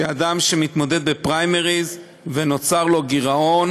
מהותה של ההצעה היא שאדם שמתמודד בפריימריז ונוצר לו גירעון